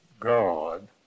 God